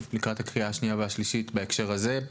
לקראת הקריאה השנייה והשלישית בהקשר הזה.